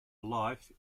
life